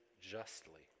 justly